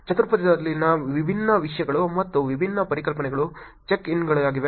ಚತುರ್ಭುಜದಲ್ಲಿನ ವಿಭಿನ್ನ ವಿಷಯಗಳು ಮತ್ತು ವಿಭಿನ್ನ ಪರಿಕಲ್ಪನೆಗಳು ಚೆಕ್ ಇನ್ಗಳಾಗಿವೆ